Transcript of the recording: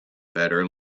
better